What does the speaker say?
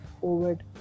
forward